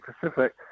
Pacific